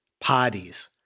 parties